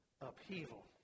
upheaval